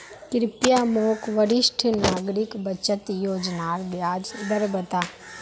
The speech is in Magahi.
कृप्या मोक वरिष्ठ नागरिक बचत योज्नार ब्याज दर बता